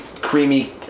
creamy